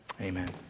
Amen